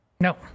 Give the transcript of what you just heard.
No